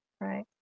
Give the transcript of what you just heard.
right